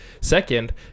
Second